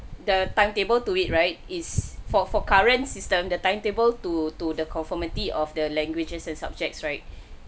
the timetable to it right is for for current system the timetable to to the conformity of the languages and subjects right